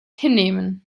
hinnehmen